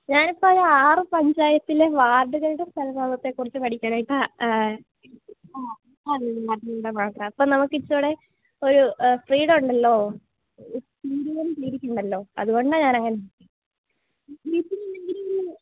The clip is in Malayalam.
ഞാനിപ്പം ഒരു ആറ് പഞ്ചായത്തിലെ വാര്ഡ്കളുടെ സ്ഥലനാമത്തെ കുറിച്ച് പഠിക്കാനായിട്ടാ ആ അതൊരു നല്ല പാർട്ടാ അപ്പം നമുക്കിച്ചിരികൂടെ ഒരു ഫ്രീഡം ഉണ്ടല്ലോ ലഭിക്കുന്നല്ലോ അതുകൊണ്ടാ ഞാനങ്ങനെ മിസ്സിന് ഇനി എന്തിനെങ്കിലും